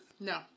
No